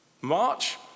March